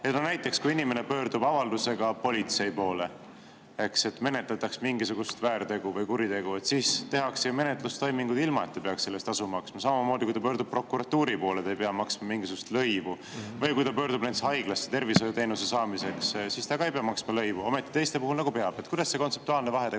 Näiteks, kui inimene pöördub avaldusega politsei poole, et menetletaks mingisugust väärtegu või kuritegu, siis tehakse ju menetlustoiminguid, ilma et ta peaks selle eest tasu maksma. Samamoodi, kui inimene pöördub prokuratuuri poole, siis ta ei pea maksma mingisugust lõivu, või kui ta pöördub haiglasse tervishoiuteenuse saamiseks, siis ta ka ei pea maksma lõivu. Ometi teiste puhul peab. Kuidas see kontseptuaalne vahetegu